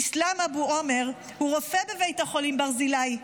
איסלאם אבו עומר הוא רופא בבית חולים ברזילאי.